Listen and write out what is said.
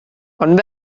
ond